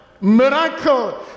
miracle